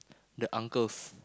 the uncles